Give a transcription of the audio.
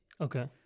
Okay